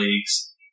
leagues